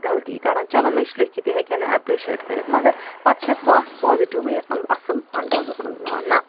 غلطی کَڑان چَلو مےٚ چھُ لیٚکِتھ یہِ ہیٚکِہنا اپرِشیٹ کٔرِتھ مگر پتہٕ چھَس بہٕ اتھ پازِٹوٗ ویٚیس مطلب اصٕل اندازس منٛز نَہ